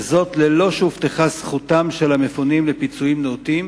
וזאת ללא שהובטחה זכותם של המפונים לפיצויים נאותים,